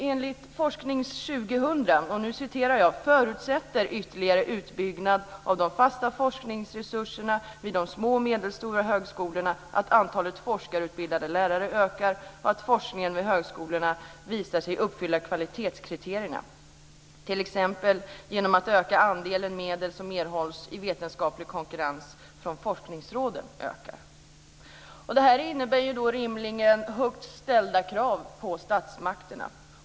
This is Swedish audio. Enligt Forskning 2000 förutsätter ytterligare utbyggnad av de fasta forskningsresurserna vid de små och medelstora högskolorna att antalet forskarutbildade lärare ökar och att forskningen vid högskolorna visar sig uppfylla kvalitetskriterierna t.ex. genom att öka andelen medel som erhålls i vetenskaplig konkurrens från forskningsråden. Det här innebär rimligen högt ställda krav på statsmakterna.